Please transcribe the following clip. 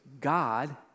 God